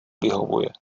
vyhovuje